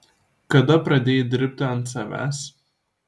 kada pradėjai dirbti ant savęs